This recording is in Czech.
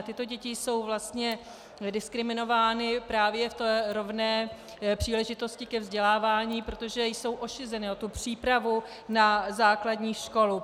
Tyto děti jsou vlastně diskriminovány právě v té rovné příležitosti ke vzdělávání, protože jsou ošizeny o přípravu na základní školu.